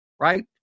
Right